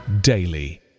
daily